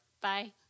Bye